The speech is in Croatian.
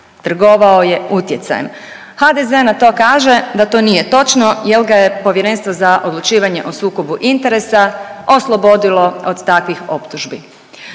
trgovao je utjecajem. HDZ na to kaže da to nije točno jel ga je Povjerenstvo za odlučivanje o sukobu interesa oslobodilo od takvih optužbi.